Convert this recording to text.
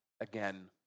again